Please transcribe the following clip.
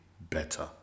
better